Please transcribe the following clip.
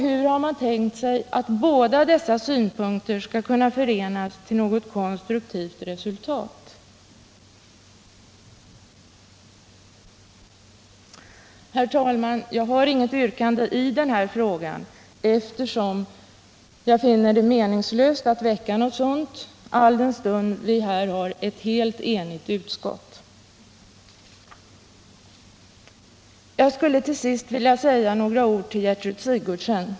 Hur har man tänkt sig att dessa båda synpunkter skall kunna förenas till något konstruktivt resultat? Herr talman! Jag har inget yrkande i denna fråga, eftersom jag finner det meningslöst att framställa ett sådant mot ett enigt utskott. Jag skulle till sist vilja säga några ord till Gertrud Sigurdsen.